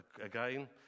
again